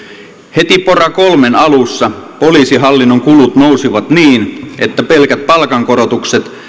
heti pora kolmen alussa poliisihallinnon kulut nousivat niin että pelkät palkankorotukset